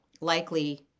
likely